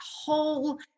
whole